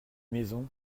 maison